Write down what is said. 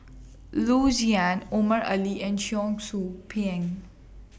Loo Zihan Omar Ali and Cheong Soo Pieng